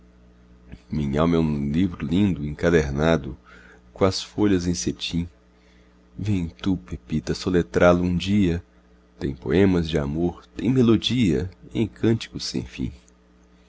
é um livro lindo encadernado coas folhas em cetim vem tu pepita soletrá lo um dia tem poemas de amor tem melodia em cânticos sem fim